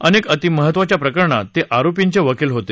अनेक अतिमहत्वाच्या प्रकरणात ते आरोपींचे वकील होते